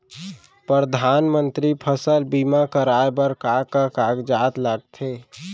परधानमंतरी फसल बीमा कराये बर का का कागजात लगथे?